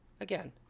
again